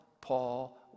Paul